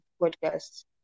podcast